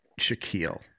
Shaquille